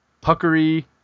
puckery